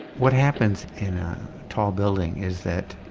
what happens in a tall building is that,